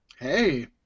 hey